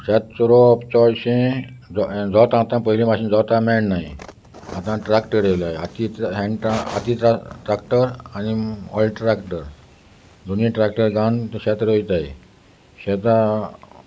शेत चोलोवप चडशें जो आतां पयलीं मातशेन जोता मेळनाय आतां ट्रॅक्टर येय हाती हडात ट्रॅक्टर आनी ऑयल ट्रॅक्टर दोनीय ट्रॅक्टर घेवन शेत रोयताय शेतां